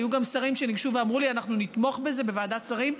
היו גם שרים שניגשו ואמרו לי: אנחנו נתמוך בזה בוועדת שרים.